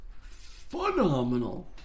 phenomenal